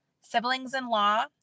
siblings-in-law